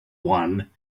one